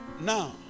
Now